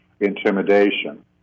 intimidation